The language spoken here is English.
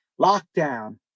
Lockdown